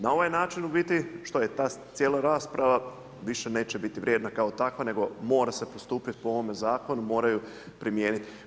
Na ovaj način što je u biti što je ta cijela rasprava, više neće biti vrijedna kao takva nego mora se postupiti po ovome zakonu, moraju primijeniti.